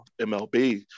MLB